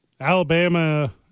Alabama